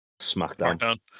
Smackdown